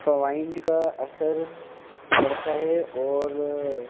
فوائد کا اثر بڑھتا ہے اور